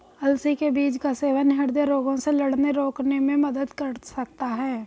अलसी के बीज का सेवन हृदय रोगों से लड़ने रोकने में मदद कर सकता है